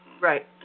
Right